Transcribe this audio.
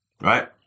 right